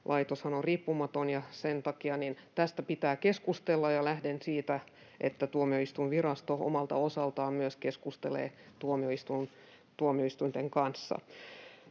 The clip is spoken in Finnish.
on riippumaton, ja sen takia tästä pitää keskustella, ja lähden siitä, että Tuomioistuinvirasto myös omalta osaltaan keskustelee tuomioistuinten kanssa.